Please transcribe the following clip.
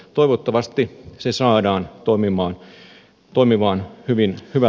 toivottavasti se saadaan toimimaan hyvällä mallilla